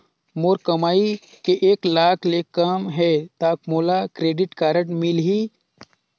मोर कमाई एक लाख ले कम है ता मोला क्रेडिट कारड मिल ही?